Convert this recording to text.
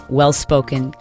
well-spoken